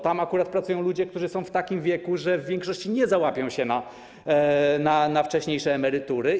Tam akurat pracują ludzie, którzy są w takim wieku, że w większości nie załapią się na wcześniejsze emerytury.